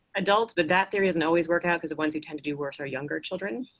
adults. but that theory doesn't always work out because the ones who tend to do worse are younger children,